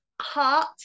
heart